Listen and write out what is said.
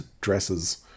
dresses